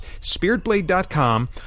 spiritblade.com